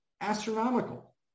astronomical